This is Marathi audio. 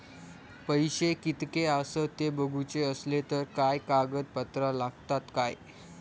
पैशे कीतके आसत ते बघुचे असले तर काय कागद पत्रा लागतात काय?